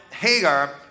Hagar